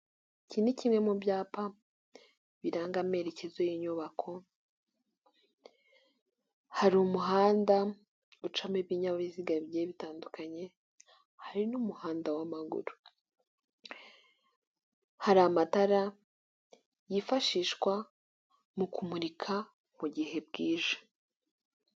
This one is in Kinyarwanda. Iki ni kimwe mu byapa biranga amerekezo iyi nyubako, harimuhanda ucamo ibinyabiziga bitandukanye hari n'umuhanda wa maguru, hari amatara yifashishwa mu kumurika mu gihe bwije.